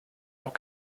auch